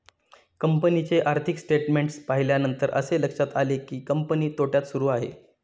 कंपनीचे आर्थिक स्टेटमेंट्स पाहिल्यानंतर असे लक्षात आले की, कंपनी तोट्यात सुरू आहे